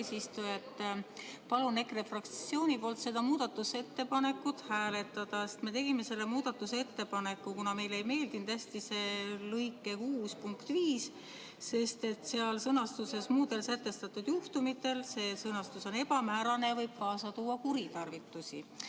Palun EKRE fraktsiooni poolt seda muudatusettepanekut hääletada. Me tegime selle muudatusettepaneku, kuna meile ei meeldinud hästi see lõike 6 punkt 5, sest sõnastus "muudel sätestatud juhtumitel" on ebamäärane ja võib kaasa tuua kuritarvitusi.